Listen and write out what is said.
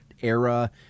era